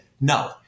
no